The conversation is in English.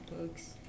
books